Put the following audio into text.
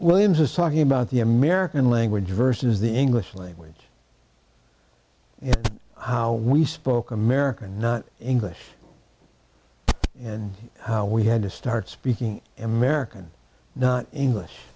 williams was talking about the american language versus the english language and how we spoke american not english and how we had to start speaking american not english